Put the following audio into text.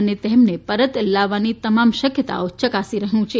અને તેમને પરત લાવવાની તમામ શક્યતાઓ ચકાસી રહ્યું છે